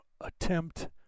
attempt